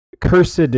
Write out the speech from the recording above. cursed